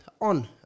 on